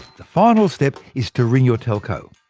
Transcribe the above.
the final step is to ring your telco,